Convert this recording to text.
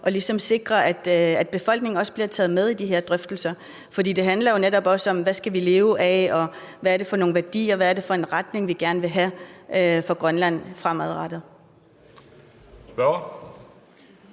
og ligesom sikrer, at befolkningen også bliver taget med i de her drøftelser, fordi det jo netop handler om, hvad vi skal leve af, og hvad det er for nogle værdier, hvad det er for en retning, vi gerne vil have for Grønland fremadrettet.